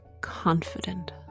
confident